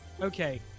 Okay